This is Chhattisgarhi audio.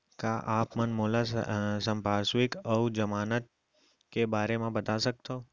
का आप मन मोला संपार्श्र्विक अऊ जमानत के बारे म बता सकथव?